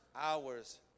hours